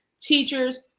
teachers